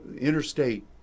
interstate